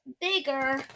bigger